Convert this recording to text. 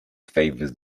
favours